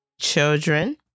children